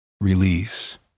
Release